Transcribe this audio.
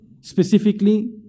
specifically